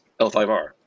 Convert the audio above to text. L5R